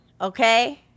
Okay